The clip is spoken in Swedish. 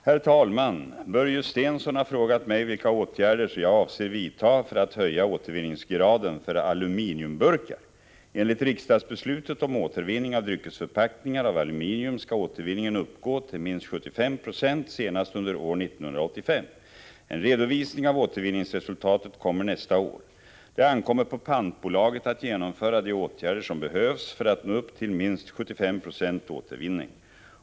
Herr talman! Börje Stensson har frågat mig vilka åtgärder jag avser vidta för att höja återvinningsgraden för aluminiumburkar. Enligt riksdagsbeslutet om återvinning av dryckesförpackningar av aluminium skall återvinningen uppgå till minst 75 70 senast under år 1985. En redovisning av återvinningsresultatet kommer nästa år. Det ankommer på pantbolaget att genomföra de åtgärder som behövs för att nå upp till minst 75 96 återvinning.